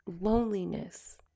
loneliness